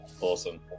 Awesome